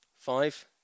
Five